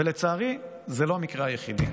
ולצערי זה לא המקרה היחיד.